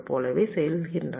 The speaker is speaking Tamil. போலவே செல்கின்றன